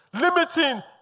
limiting